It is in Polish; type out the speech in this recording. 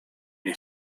nie